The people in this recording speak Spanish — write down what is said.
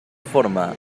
forma